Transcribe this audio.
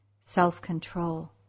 Self-control